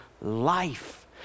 life